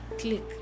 click